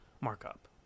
markup